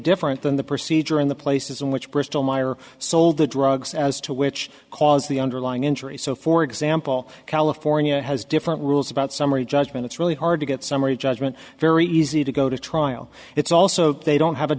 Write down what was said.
different than the procedure in the places in which bristol meyer sold the drugs as to which cause the underlying injury so for example california has different rules about summary judgment it's really hard to get summary judgment very easy to go to trial it's also they don't have a